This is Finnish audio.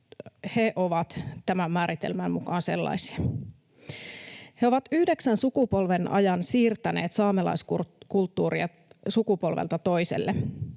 he ovat tämän määritelmän mukaan sellainen. He ovat yhdeksän sukupolven ajan siirtäneet saamelaiskulttuuria sukupolvelta toiselle.